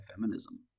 feminism